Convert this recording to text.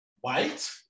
White